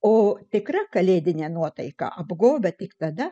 o tikra kalėdinė nuotaika apgobia tik tada